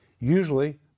Usually